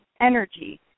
energy